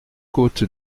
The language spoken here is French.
côte